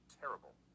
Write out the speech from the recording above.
terrible